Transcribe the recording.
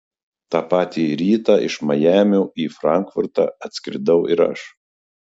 tą patį rytą iš majamio į frankfurtą atskridau ir aš